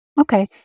Okay